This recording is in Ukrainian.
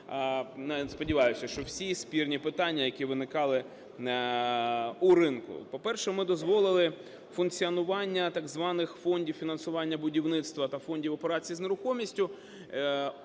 сподіваюсь, що всі спірні питання, які виникали у ринку. По-перше, ми дозволили функціонування так званих фондів фінансування будівництва та фондів операцій з нерухомістю,